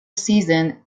season